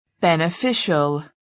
beneficial